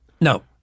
No